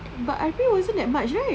but R_P wasn't that much right